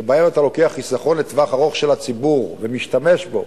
שבו אתה לוקח חיסכון לטווח ארוך של הציבור ומשתמש בו,